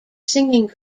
singing